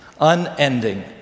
Unending